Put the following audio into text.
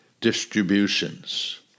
distributions